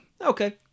okay